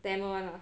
tamil [one] lah